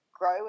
grow